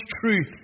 truth